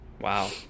Wow